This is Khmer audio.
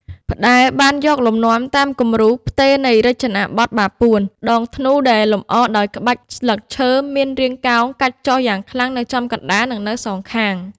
ផ្តែរ បានយកលំនាំតាមគំរូផ្ទេរនៃរចនាបថបាពួន ដងធ្នូដែលលម្អដោយក្បាច់ ស្លឹកឈើ មានរាងកោងកាច់ចុះយ៉ាងខ្លាំងនៅចំកណ្តាល និងនៅសងខាង។